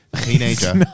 Teenager